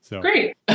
Great